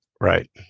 Right